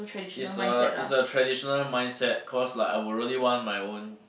is a is a traditional mindset cause like I would really want my own